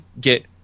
get